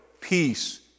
peace